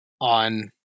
on